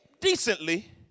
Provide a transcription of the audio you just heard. decently